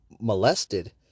Molested